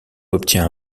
obtient